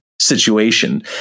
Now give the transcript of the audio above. situation